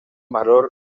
valor